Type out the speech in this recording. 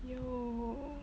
yo